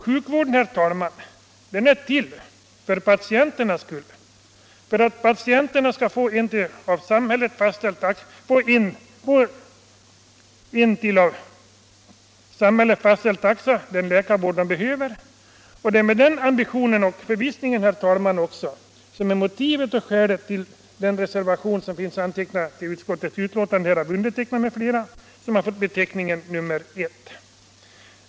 Sjukvården är till för patienternas skull, för att patienten skall 13 få sin läkarvård till en av samhället antagen taxa. Det är den ambitionen, herr talman, som ligger till grund för reservationen 1 vid utskottets betänkande.